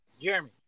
Jeremy